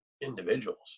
individuals